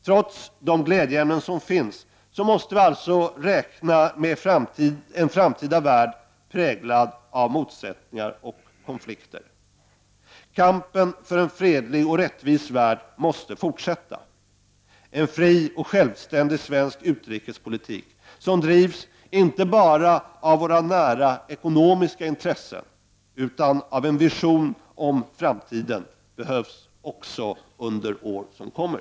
Trots de glädjeämnen som finns måste vi alltså räkna med en framtida värld präglad av motsättningar och konflikter. Kampen för en fredlig och rättvis värld måste fortsätta. En fri och självständig svensk utrikespolitik som drivs inte bara utifrån våra nära ekonomiska intressen utan av en vision om framtiden behövs också under kommande år.